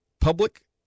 public